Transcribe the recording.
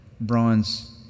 bronze